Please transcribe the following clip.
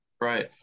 Right